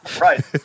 Right